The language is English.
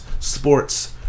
Sports